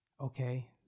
okay